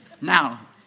Now